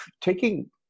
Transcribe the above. taking